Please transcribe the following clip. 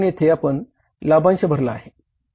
म्हणून येथे आपण हा लाभांश भरला आहे